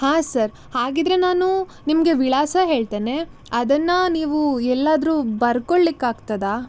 ಹಾಂ ಸರ್ ಹಾಗಿದ್ದರೆ ನಾನು ನಿಮಗೆ ವಿಳಾಸ ಹೇಳ್ತೇನೆ ಅದನ್ನು ನೀವು ಎಲ್ಲಾದರೂ ಬರ್ದ್ಕೊಳ್ಳಿಕ್ ಆಗ್ತದಾ